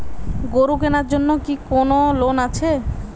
গরু কেনার জন্য কি কোন লোন আছে?